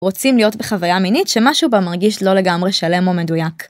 רוצים להיות בחוויה מינית שמשהו בה מרגיש לא לגמרי שלם או מדויק.